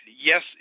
yes